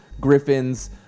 Griffin's